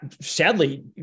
sadly